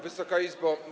Wysoka Izbo!